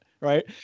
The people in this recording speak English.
right